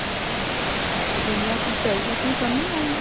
अच्छा तो भैया कुछ पैसे उसमें कम नहीं होंगे